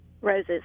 Roses